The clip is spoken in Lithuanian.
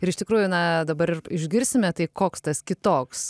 ir iš tikrųjų na dabar išgirsime tai koks tas kitoks